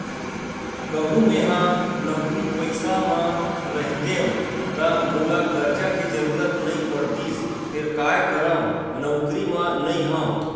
कहूँ मेंहा नौकरी पइसा म रहितेंव ता मोला करजा के जरुरत नइ पड़तिस फेर काय करव नउकरी म नइ हंव